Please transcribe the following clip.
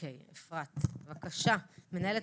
אפרת, מנהלת